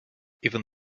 even